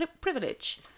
privilege